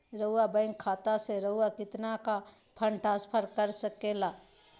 हमरा बैंक खाता से रहुआ कितना का फंड ट्रांसफर कर सके ला?